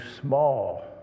small